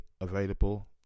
available